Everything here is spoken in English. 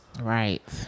Right